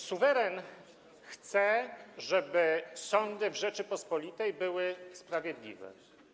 Suweren chce, żeby sądy w Rzeczypospolitej były sprawiedliwe.